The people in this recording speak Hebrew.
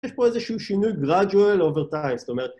יש פה איזשהו שינוי gradual over time, זאת אומרת...